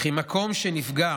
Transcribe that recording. וכי מקום שנפגע